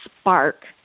spark